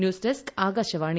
news desk Akashvani